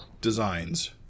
designs